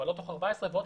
נכון, אבל לא תוך 14 ועוד.